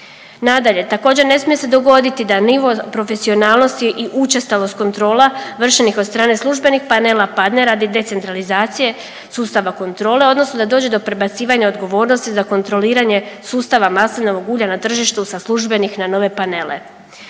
Nadalje, također ne smije se dogoditi da nivo profesionalnosti i učestalost kontrola vršenih od strane službenih panela padne radi decentralizacije sustava kontrole odnosno da dođe do prebacivanja odgovornosti za kontroliranje sustava maslinovog ulja na tržištu sa službenih na nove panele.